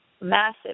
Massive